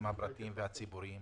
הפרטיים והציבוריים.